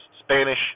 Spanish